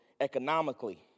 economically